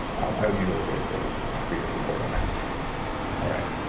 i would be really grateful for your support on that all right.